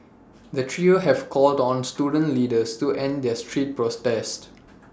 the trio have called on the student leaders to end their street protests